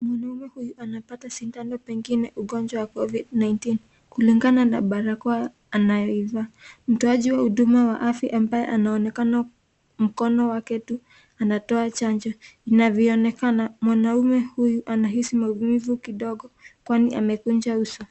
Mwanaume hyu anapata sindano pengine ugonjwa wa covid 19 . Kulingana na barakoa anayoivaa, ingawaje mhudumu wa afya anaonekana mkono wake tu, anatoa chanjo. Anavyoonekana mwanaume huyu anahisi maumivu kidogo kwani amekunja uso.